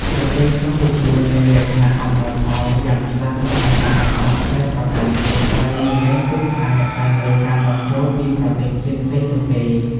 ប្រទេសកម្ពុជាមានលក្ខណៈអំណោយផលយ៉ាងខ្លាំងក្នុងការដាំដុះផ្លែស្រកានាគ ហើយមិនមែនពឹងផ្អែកតែលើការនាំចូលពីប្រទេសផ្សេងៗនោះទេ។